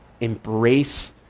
embrace